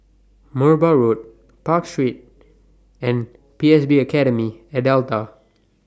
Merbau Road Park Street and P S B Academy At Delta